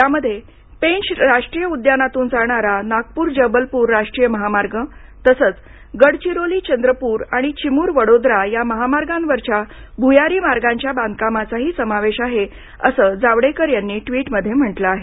यांमध्ये पेंच राष्ट्रीय उद्यानातून जाणारा नागपूर जबलपूर राष्ट्रीय महामार्ग आणि तसंच गडचिरोली चंद्रपूर आणि चिमूर वडोदरा या महामार्गांवरच्या भूयारीमार्गांच्या बांधकामाचाही समावेश आहे असं जावडेकर यांनी ट्वीटमध्ये म्हटलं आहे